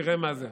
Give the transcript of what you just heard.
תראה מה זה.